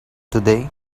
today